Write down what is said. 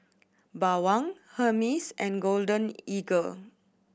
Bawang Hermes and Golden Eagle